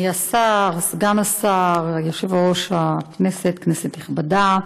אדוני השר, סגן השר, יושב-ראש הישיבה, כנסת נכבדה,